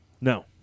No